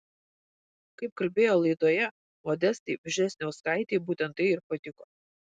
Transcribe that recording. kaip kalbėjo laidoje modestai vžesniauskaitei būtent tai ir patiko